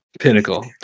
pinnacle